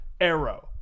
Arrow